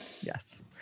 Yes